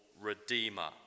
redeemer